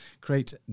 create